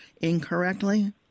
incorrectly